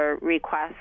request